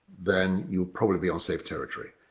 then you'll probably be on safe territory.